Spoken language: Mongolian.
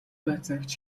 байцаагч